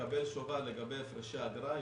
מקבל שובר לגבי הפרשי אגרה.